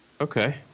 Okay